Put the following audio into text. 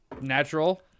Natural